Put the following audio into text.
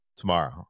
Tomorrow